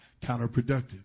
counterproductive